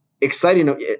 exciting